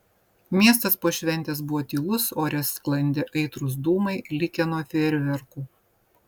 miestas po šventės buvo tylus ore sklandė aitrūs dūmai likę nuo fejerverkų